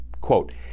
Quote